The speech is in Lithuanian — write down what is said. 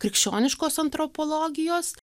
krikščioniškos antropologijos